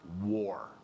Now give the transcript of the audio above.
war